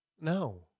No